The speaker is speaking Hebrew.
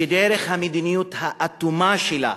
שדרך המדיניות האטומה שלה,